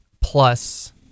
plus